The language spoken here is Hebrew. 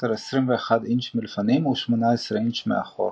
בקוטר 21 אינץ' מלפנים ו-18 אינץ' מאחור.